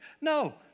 No